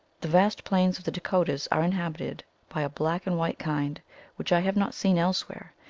the vast plains of the dakotas are inhabited by a black-and white kind which i have not seen elsewhere,